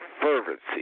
fervency